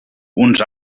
uns